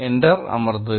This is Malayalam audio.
എന്റർ അമർത്തുക